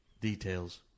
Details